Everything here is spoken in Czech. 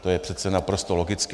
To je přece naprosto logické.